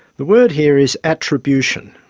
the word here is attribution.